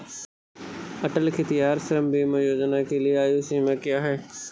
अटल खेतिहर श्रम बीमा योजना के लिए आयु सीमा क्या है?